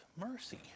mercy